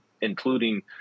including